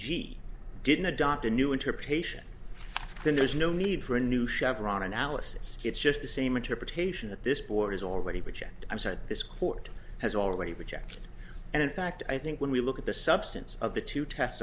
g didn't adopt a new interpretation then there's no need for a new chevron analysis it's just the same interpretation that this board has already rejected i'm sorry this court has already been checked and in fact i think when we look at the substance of the two tests